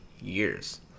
years